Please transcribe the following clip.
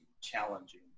challenging